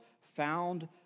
found